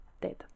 Dead